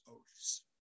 oaths